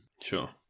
Sure